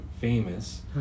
famous